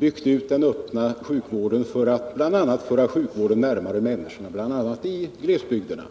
byggt ut den öppna sjukvården för att bl.a. föra sjukvården närmare människorna, inte minst i glesbygderna.